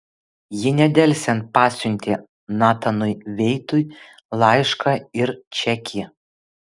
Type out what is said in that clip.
ji nedelsiant pasiuntė natanui veitui laišką ir čekį